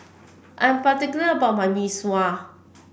I'm particular about my Mee Sua